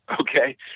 okay